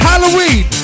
Halloween